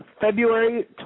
February